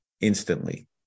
instantly